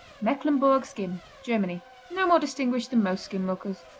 mecklenburg skim germany no more distinguished than most skim-milkers.